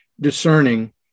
discerning